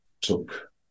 took